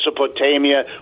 Mesopotamia